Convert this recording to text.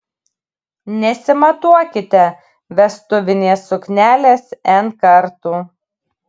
nesimatuokite vestuvinės suknelės n kartų